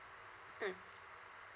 mm